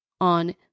on